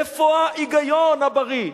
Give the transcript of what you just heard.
איפה ההיגיון הבריא?